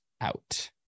out